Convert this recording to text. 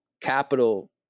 capital